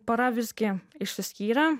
pora visgi išsiskyrė